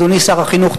אדוני שר החינוך,